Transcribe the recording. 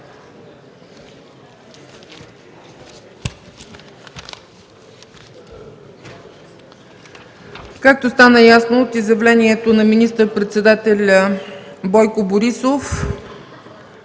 Както стана ясно от изявлението на министър-председателя Бойко Борисов,